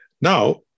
Now